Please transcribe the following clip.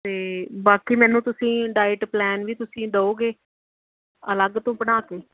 ਅਤੇ ਬਾਕੀ ਮੈਨੂੰ ਤੁਸੀਂ ਡਾਇਟ ਪਲੈਨ ਵੀ ਤੁਸੀਂ ਦਿਉਂਗੇ ਅਲੱਗ ਤੋਂ ਬਣਾ ਕੇ